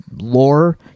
lore